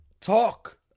talk